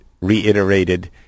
reiterated